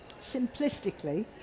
simplistically